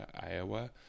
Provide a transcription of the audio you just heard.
Iowa